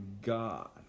God